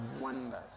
wonders